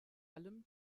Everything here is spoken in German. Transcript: allem